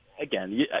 again